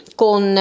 con